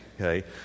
okay